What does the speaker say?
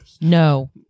No